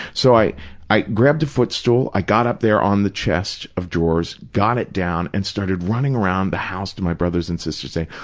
so, i i grabbed a footstool. i got up there on the chest of drawers, got it down and started running around the house to my brothers and sisters saying,